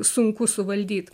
sunku suvaldyt